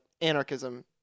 anarchism